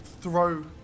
throw